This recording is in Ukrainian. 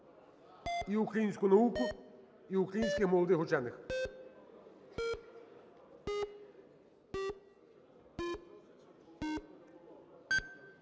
і українську науку, і українських молодих учених.